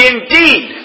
Indeed